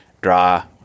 draw